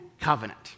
covenant